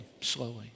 slowly